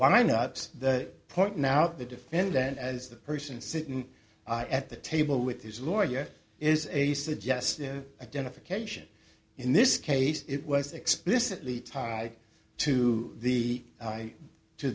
i'm not the point now the defendant as the person sitting at the table with his lawyer is a suggestive identification in this case it was explicitly tied to the to